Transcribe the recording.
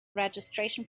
registration